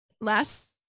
last